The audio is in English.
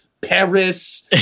Paris